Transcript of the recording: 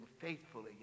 faithfully